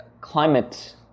climate